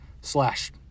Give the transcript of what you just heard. slash